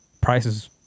prices